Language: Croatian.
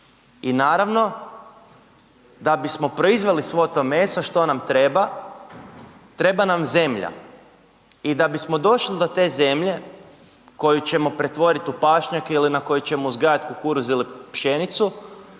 i naravno da bismo proizveli svo to meso što nam treba, treba nam zemlja. I da bismo došli do te zemlje koju ćemo pretvorit u pašnjake ili na kojoj ćemo uzgajat kukuruz ili pšenicu